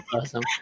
awesome